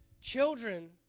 children